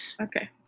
okay